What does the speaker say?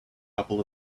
couple